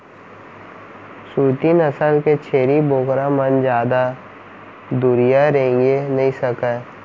सूरती नसल के छेरी बोकरा मन जादा दुरिहा रेंगे नइ सकय